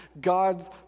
God's